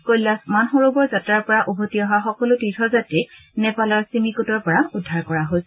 কল্যাশ মানসৰোবৰ যাত্ৰাৰ পৰা উভতি অহা সকলো তীৰ্থযাত্ৰীক নেপালৰ চিমিকোটৰ পৰা উদ্ধাৰ কৰা হৈছে